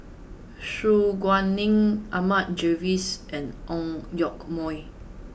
Su Guaning Ahmad Jais and Ang Yoke Mooi